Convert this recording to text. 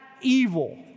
evil